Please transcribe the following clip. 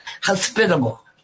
hospitable